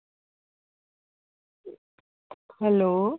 hello